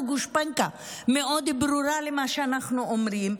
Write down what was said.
גושפנקה מאוד ברורה למה שאנחנו אומרים: